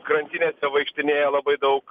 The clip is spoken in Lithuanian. krantinėse vaikštinėja labai daug